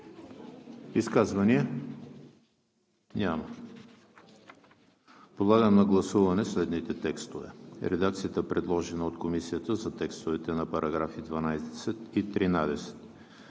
Изказвания? Няма. Подлагам на гласуване следните текстове: редакцията, предложена от Комисията за текстовете на параграфи 18 и 19;